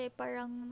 parang